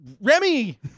Remy